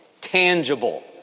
tangible